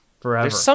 forever